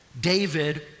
David